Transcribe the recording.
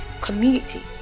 community